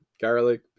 garlic